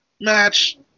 match